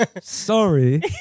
Sorry